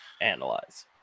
Analyze